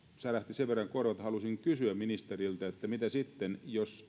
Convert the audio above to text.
särähti sen verran korvaan että haluaisin kysyä ministeriltä että mitä sitten jos